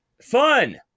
Fun